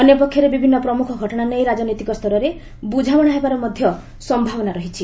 ଅନ୍ୟ ପକ୍ଷରେ ବିଭିନ୍ନ ପ୍ରମୁଖ ଘଟଣା ନେଇ ରାଜନୈତିକ ସ୍ତରରେ ବୁଝାମଣା ହେବାର ମଧ୍ୟ ସମ୍ଭାବନା ରହିଛି